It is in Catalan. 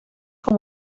com